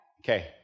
Okay